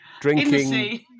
drinking